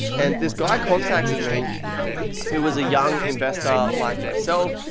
and this guy contacted me who was a young investor like myself,